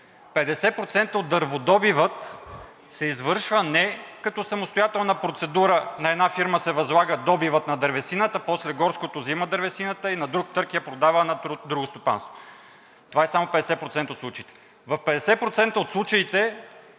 50% от дърводобива се извършва не като самостоятелна процедура – на една фирма се възлага добивът на дървесина, а после горското взима дървесината и на друг търг я продава на друго стопанство. Това е само 50% от случаите. В 50% от случаите